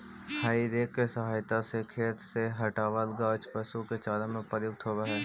हेइ rake के सहायता से खेत से हँटावल गाछ पशु के चारा में प्रयुक्त होवऽ हई